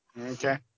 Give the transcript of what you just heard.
Okay